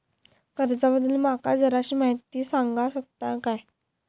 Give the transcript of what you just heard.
कर्जा बद्दल माका जराशी माहिती सांगा शकता काय?